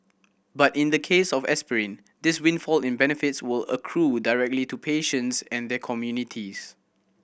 but in the case of aspirin this windfall in benefits will accrue directly to patients and their communities